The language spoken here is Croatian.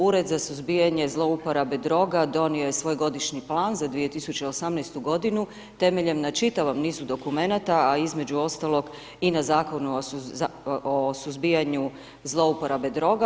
Ured za suzbijanje zlouporabe droga donio je svoj Godišnji plan za 2018.-tu godinu temeljen na čitavom nizu dokumenata, a između ostalog, i na Zakonu o suzbijanju zlouporabe droga.